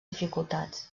dificultats